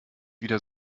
wieder